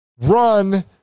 run